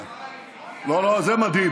זה הדבר היחידי, לא, לא, זה מדהים.